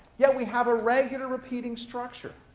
yeah, we have a regular repeating structure.